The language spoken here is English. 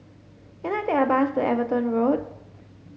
can I take a bus to Everton Road